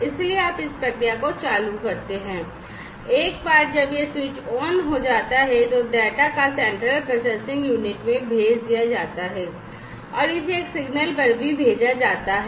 इसलिए आप इस प्रक्रिया को चालू करते हैं एक बार जब यह स्विच ओन हो जाता है तो डेटा को सेंट्रल प्रोसेसिंग यूनिट में भेज दिया जाता है और इसे एक सिग्नल पर भी भेजा जाता है